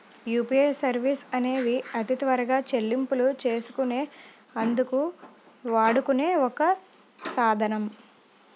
UPI services అనేవి అతి త్వరగా చెల్లింపులు చేసుకునే అందుకు వాడుకునే ఒక సాధనం